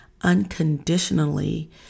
unconditionally